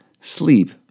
sleep